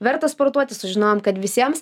verta sportuoti sužinojom kad visiems